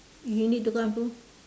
you need go